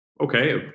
okay